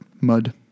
mud